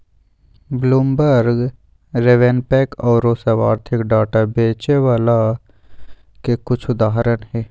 Bloomberg, RavenPack आउरो सभ आर्थिक डाटा बेचे बला के कुछ उदाहरण हइ